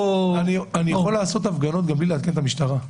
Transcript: --- אני יכול לעשות הפגנות גם בלי לעדכן את המשטרה.